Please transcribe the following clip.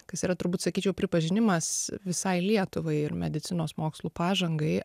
kas yra turbūt sakyčiau pripažinimas visai lietuvai ir medicinos mokslų pažangai